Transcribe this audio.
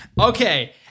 Okay